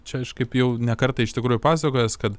čia aš kaip jau ne kartą iš tikrųjų pasakojęs kad